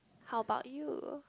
how about you